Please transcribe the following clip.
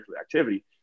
activity